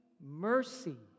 mercy